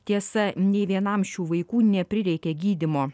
tiesa nė vienam šių vaikų neprireikė gydymo